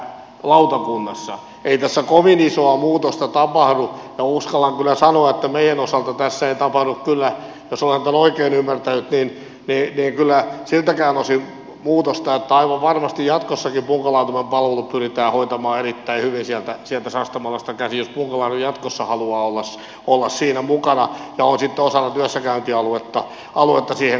ei tässä kovin isoa muutosta tapahdu ja uskallan kyllä sanoa että meidän osaltamme tässä ei tapahdu kyllä jos olen tämän oikein ymmärtänyt siltäkään osin muutosta että aivan varmasti jatkossakin punkalaitumen palvelut pyritään hoitamaan erittäin hyvin sieltä sastamalasta käsin jos punkalaidun jatkossa haluaa olla siinä mukana ja on sitten osana työssäkäyntialuetta kuuluu siihen